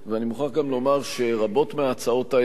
אני מוכרח גם לומר שרבות מההצעות האלה